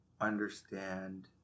understand